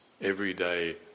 everyday